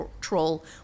troll